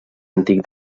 antic